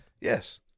Yes